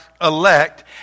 elect